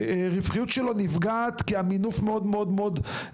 והרווחיות שלו נפגעת כי המינוף הוא מאוד מאוד יקר,